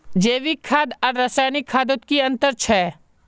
जैविक खाद आर रासायनिक खादोत की अंतर छे?